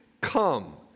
come